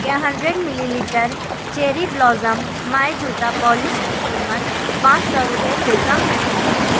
کیا hundred millilitre cherry blossom مائے جوتا پالش کی قیمت پانچ سو روپئے سے کم ہیں